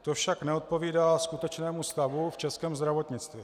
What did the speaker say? To však neodpovídá skutečnému stavu v českém zdravotnictví.